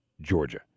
Georgia